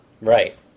Right